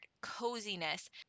coziness